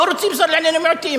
לא רוצים שר לענייני מיעוטים.